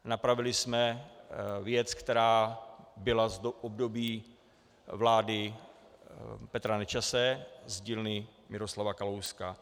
Napravili jsme věc, která byla z období vlády Petra Nečase z dílny Miroslava Kalouska.